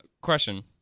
Question